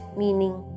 meaning